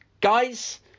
guys